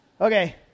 Okay